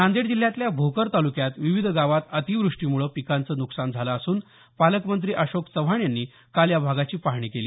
नांदेड जिल्ह्यातल्या भोकर तालुक्यात विविध गावात अतिव्रष्टीमुळे पिकांचं नुकसान झालं असून पालकमंत्री अशोक चव्हाण यांनी काल या भागाची पाहणी केली